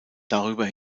darüber